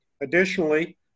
Additionally